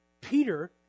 Peter